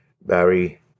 Barry